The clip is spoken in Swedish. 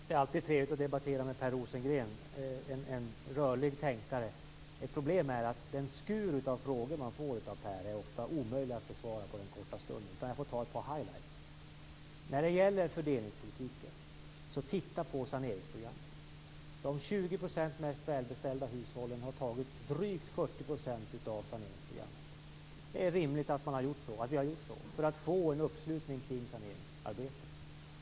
Fru talman! Det är alltid trevligt att debattera med Per Rosengren. Det är en rörlig tänkare. Ett problem är att den skur av frågor man får ofta är omöjlig att besvara på en kort stund. Jag får ta ett par highlights. När det gäller fördelningspolitiken vill jag säga: Titta på saneringsprogrammet! De 20 % mest välbeställda hushållen har tagit drygt 40 % av saneringsprogrammet. Det är rimligt att vi har gjort så för att få en uppslutning kring saneringsarbetet.